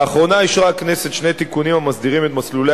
לאחרונה אישרה הכנסת שני תיקונים המסדירים את מסלולי